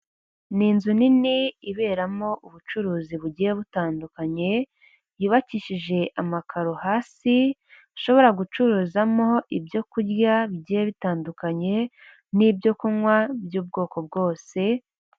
Ni inzu nini iberamo ubucuruzi bugiye butandukanye yubakishije amakaro hasi ashobora gucururizamo ibyo kurya bigiye bitandukanye n'ibyo kunywa by'ubwoko bwose.